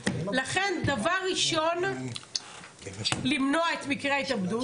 לכן דבר ראשון למנוע את מקרה ההתאבדות.